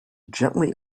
gently